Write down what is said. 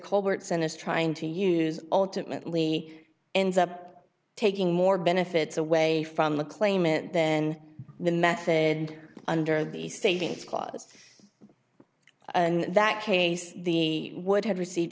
culbertson is trying to use ultimately ends up taking more benefits away from the claimant then the method under the savings clause in that case the would have received